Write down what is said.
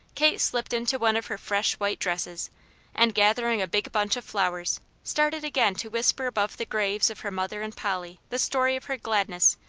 kate slipped into one of her fresh white dresses and gathering a big bunch of flowers started again to whisper above the graves of her mother and polly the story of her gladness,